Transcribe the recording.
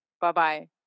Bye-bye